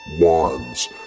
wands